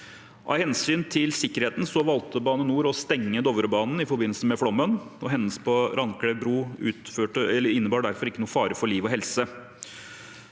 Av hensyn til sikkerheten valgte Bane NOR å stenge Dovrebanen i forbindelse med flommen, og hendelsen på Randklev bru innebar derfor ikke noen fare for liv og helse.